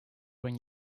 when